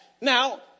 now